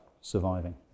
surviving